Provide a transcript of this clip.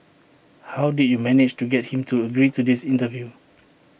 how did you manage to get him to agree to this interview